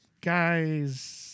guys